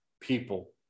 people